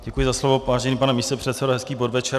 Děkuji za slovo, vážený pane místopředsedo, hezký podvečer.